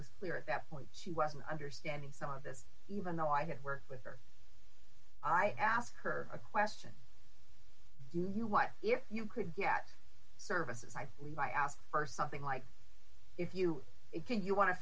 was clear at that point she wasn't understanding some of this even though i had worked with her i asked her a question give you what if you could get services i believe i asked her something like if you can you wan